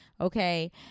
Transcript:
Okay